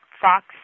Fox